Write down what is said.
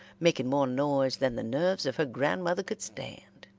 making more noise than the nerves of her grandmother could stand.